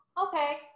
Okay